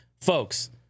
folks